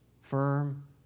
firm